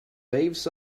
waves